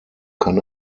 kann